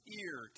ear